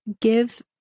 give